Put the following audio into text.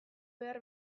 behar